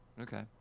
Okay